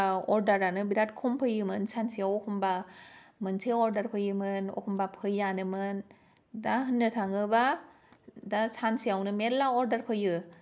होम्बा अर्डारानो बिराद खम फोयो मोन सानसेयाव अखम्बा मोनसे अर्डार फोयोमोन अखम्बा फोयानोमोन दा होन्नो थांङोबा दा सान्सेयावनो मेल्ला अर्डार फोयो